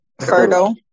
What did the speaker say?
fertile